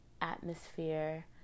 atmosphere